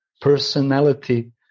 personality